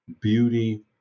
beauty